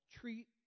treat